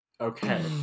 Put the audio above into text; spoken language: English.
Okay